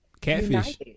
Catfish